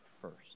first